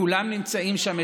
כולם נמצאים שם,